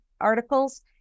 articles